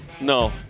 No